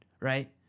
right